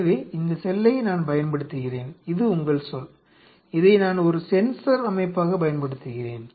எனவே இந்த செல்லை நான் பயன்படுத்துகிறேன் இது உங்கள் செல் இதை நான் ஒரு சென்சார் அமைப்பாகப் பயன்படுத்துகிறேன்